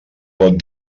pot